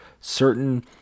certain